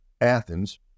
Athens